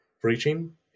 preaching